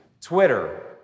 Twitter